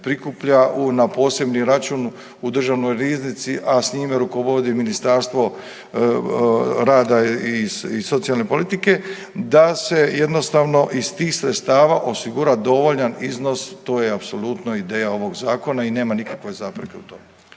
prikuplja na posebni račun u Državnoj riznici, a s njime rukovodi Ministarstvo rada i socijalne politike, da se jednostavno iz tih sredstava osigura dovoljan iznos to je apsolutno ideja ovog zakona i nema nikakve zapreke u tome.